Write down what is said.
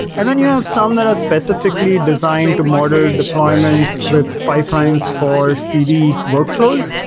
and then you have some that are specifically designed to model deployments with pipelines for cd workflows,